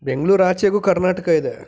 ಬೆಂಗಳೂರು ಆಚೆಗೂ ಕರ್ನಾಟಕ ಇದೆ